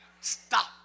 Stop